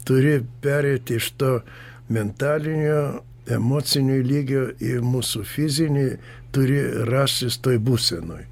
turi pereiti iš to mentalinio emocinio lygio į mūsų fizinį turi rastis toj būsenoj